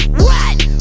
wet!